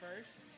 first